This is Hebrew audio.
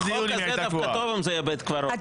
לחוק הזה דווקא טוב אם זה יהיה בית קברות.